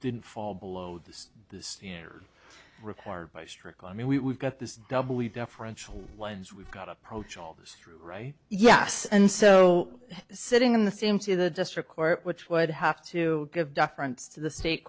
didn't fall below this required by strickland we got this w deferential lens we've got approach all this through right yes and so sitting in the same to the district court which would have to give deference to the state